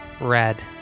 red